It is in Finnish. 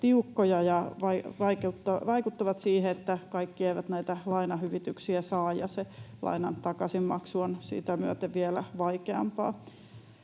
ja vaikuttavat siihen, että kaikki eivät näitä lainahyvityksiä saa, ja se lainan takaisinmaksu on sitä myöten vielä vaikeampaa.